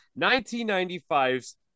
1995's